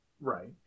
Right